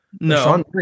No